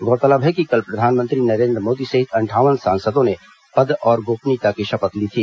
गौरतलब है कि कल प्रधानमंत्री नरेन्द्र मोदी सहित अंठावन सांसदों ने पद और गोपनीयता की शपथ ली थी